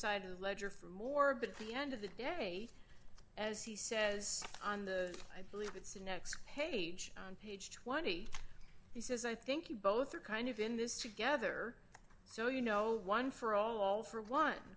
side of the ledger for more but the end of the day as he says on the i believe it's the next page on page twenty he says i think you both are kind of in this together so you know one for all for one